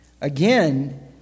again